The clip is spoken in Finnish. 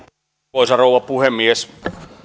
arvoisa rouva puhemies